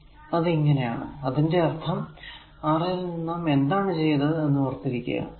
a R a a R a a അതിന്റെ അർഥം ഈ Ri യിൽ നാം എന്താണ് ചെയ്തത് എന്ന് ഓർത്തിരിക്കുക